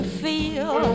feel